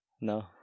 No